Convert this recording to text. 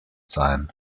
sein